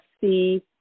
see